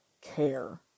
care